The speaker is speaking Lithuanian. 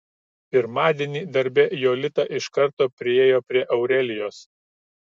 pirmadienį darbe jolita iš karto priėjo prie aurelijos